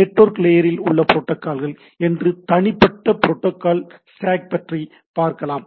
network லேயரில் உள்ள புரோட்டோகால்கள் என்று தனிப்பட்ட புரோட்டோகால் ஸ்டாக் பற்றி பார்க்கலாம்